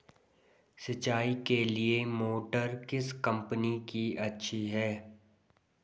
सिंचाई के लिए मोटर किस कंपनी की अच्छी है?